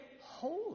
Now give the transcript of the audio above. holy